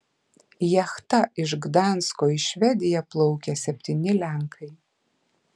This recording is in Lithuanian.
jachta iš gdansko į švediją plaukė septyni lenkai